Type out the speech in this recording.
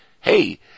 Hey